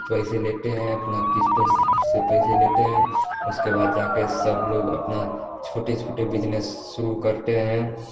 पैसे लेते है अपना किश्तों से पैसे लेते हैं उसके बाद अपने छोटे छोटे बिजनेस शुरू करते हैं